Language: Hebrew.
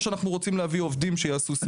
או שאנחנו רוצים להביא עובדים שיעשו סיעוד?